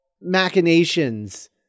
machinations